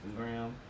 Instagram